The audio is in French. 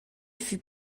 fut